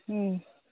ꯎꯝ